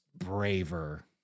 braver